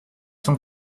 sont